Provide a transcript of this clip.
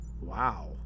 wow